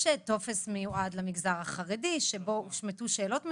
יש טופס מיועד למגזר החרדי שבו הושמטו שאלות מסוימות.